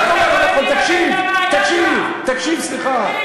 תקשיב, סליחה.